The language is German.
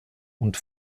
und